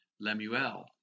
Lemuel